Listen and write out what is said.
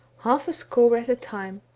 half a score at a time,